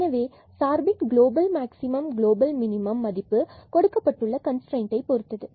எனவே சார்பின் global maximum global minimum மதிப்பு கொடுக்கப்பட்டுள்ள கன்ஸ்ட்ரைன்ட்டை பொருத்தது